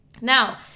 Now